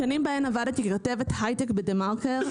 בשנים בהן עבדתי ככתבת היי-טק בדה מרקר,